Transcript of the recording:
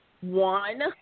one